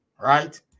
right